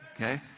Okay